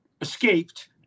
escaped